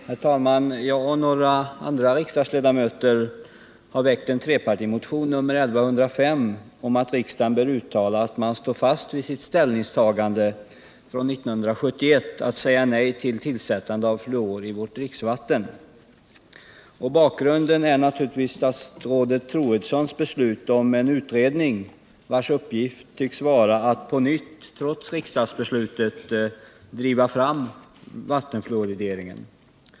Herr talman! Jag och några andra riksdagsledamöter har väckt en trepartimotion, nr 1105, om att riksdagen bör uttala att riksdagen står fast vid sitt ställningstagande år 1971 att säga nej till vattenfluoridering i vårt land. Bakgrunden till vår motion är naturligtvis statsrådet Troedssons beslut om en utredning, vars uppgift tycks vara att på nytt, trots riksdagsbeslutet, driva fram vattenfluoridering.